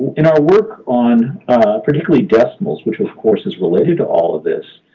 in our work on particularly decimals, which of course is related to all of this,